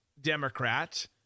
Democrat